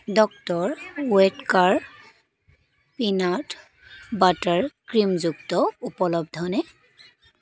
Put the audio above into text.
doctor Oetker peanut butter ক্ৰীমযুক্ত উপলব্ধনে